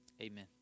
amen